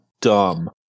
dumb